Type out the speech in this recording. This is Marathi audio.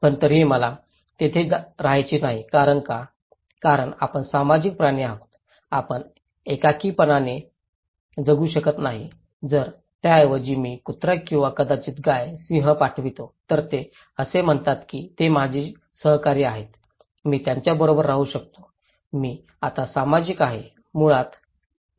पण तरीही मला तिथे राहायचे नाही कारण का कारण आपण सामाजिक प्राणी आहोत आपण एकाकीपणाने जगू शकत नाही जर त्याऐवजी मी कुत्री किंवा कदाचित गाय सिंह पाठवतो तर ते असे म्हणतात की ते माझे सहकारी आहेत मी त्यांच्याबरोबर राहू शकतो मी आता सामाजिक आहे मुळात नाही